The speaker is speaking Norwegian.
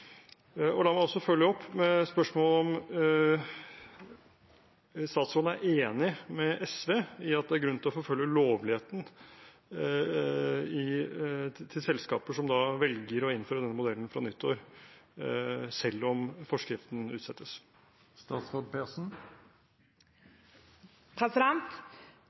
La meg også følge opp med et spørsmål om statsråden er enig med SV i at det er grunn til å forfølge lovligheten til selskaper som velger å innføre denne modellen fra nyttår selv om forskriften utsettes?